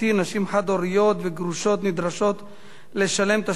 נשים חד-הוריות וגרושות נדרשות לשלם תשלום